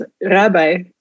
Rabbi